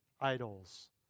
idols